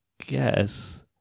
guess